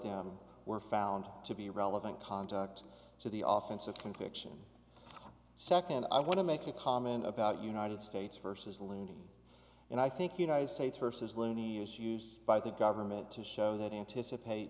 them were found to be relevant contact to the off chance of conviction second i want to make a comment about united states versus loony and i think united states versus looney as used by the government to show that anticipate